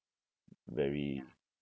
very